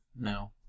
No